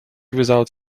without